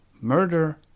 Murder